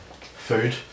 food